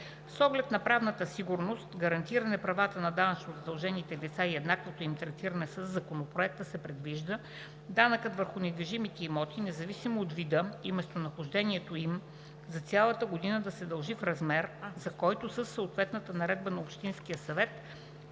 С оглед на правната сигурност, гарантиране правата на данъчно задължените лица и еднаквото им третиране, със Законопроекта се предвижда данъкът върху недвижимите имоти, независимо от вида и местонахождението им, за цялата 2019 г. да се дължи в размер, за който със съответната наредба на Общинския съвет